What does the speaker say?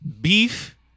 beef